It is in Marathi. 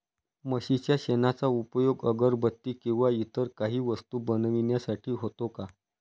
म्हशीच्या शेणाचा उपयोग अगरबत्ती किंवा इतर काही वस्तू बनविण्यासाठी होतो का?